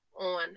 on